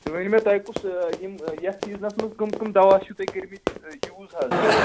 تُہۍ ؤنِو مےٚ تۄہہِ کُس یِم یَتھ سیٖزنَس منٛز کٕم کٕم دَوا چھُ تۄہہِ کٔرۍ مٕتۍ یوٗز حظ